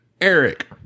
Eric